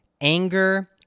anger